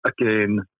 again